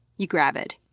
you gravid.